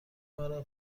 مرا